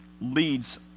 leads